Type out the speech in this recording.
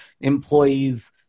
employees